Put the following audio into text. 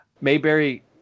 Mayberry